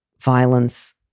violence,